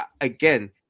again